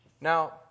Now